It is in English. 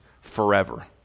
forever